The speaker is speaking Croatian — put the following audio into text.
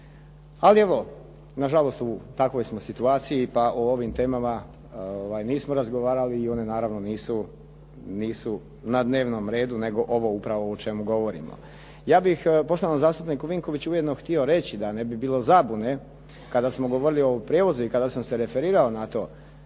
Ali evo, nažalost u takvoj smo situaciji pa o ovim temama nismo razgovarali i one naravno nisu na dnevnom redu nego ovo upravo o čemu govorimo. Ja bih poštovanom zastupniku Vinkoviću ujedno htio reći da ne bi bilo zabune, kada smo govorili o prijevozu i kada sam se referirao na to,